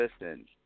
listen